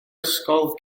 ysgol